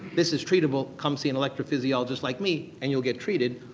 this is treatable. come see an electro physiologist like me and you'll get treated.